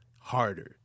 harder